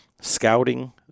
scouting